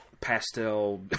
pastel